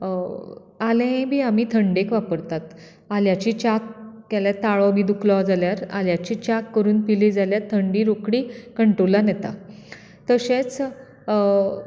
आलें बी आमी थंडेक वापरतात आल्याची च्या ताळो बी दुखलो जाल्यार आल्याची च्या करून पिलीं जाल्यार थंडी रोखडी कंट्रोलान येता तशेंच